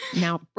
now